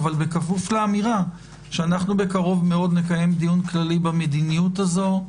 אבל בכפוף לאמירה שאנחנו בקרוב מאוד נקיים דיון כללי במדיניות הזו.